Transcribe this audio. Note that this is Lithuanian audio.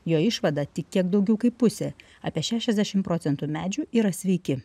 jo išvada tik kiek daugiau kaip pusė apie šešiasdešim procentų medžių yra sveiki